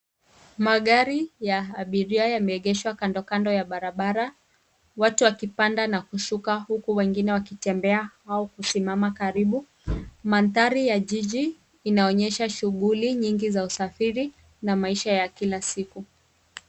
Magari ya abiria yameegeshwa kandokando ya barabara, watu wakipanda na kushuka huku wengine wakitembea au kusimama karibu. Manthari ya jiji inaonyesha shughuli nyingi za usafiri na maisha ya kila siku.